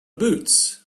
boots